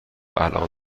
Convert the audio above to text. الان